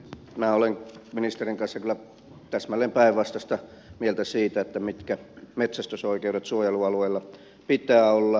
minä olen ministerin kanssa kyllä täsmälleen päinvastaista mieltä siitä mitkä metsästysoikeudet suojelualueilla pitää olla